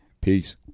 Peace